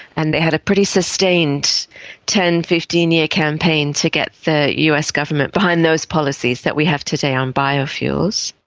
and they had a pretty sustained ten, fifteen year campaign to get the us government behind those policies that we have today on biofuels.